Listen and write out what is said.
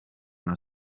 una